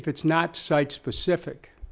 if it's not site specific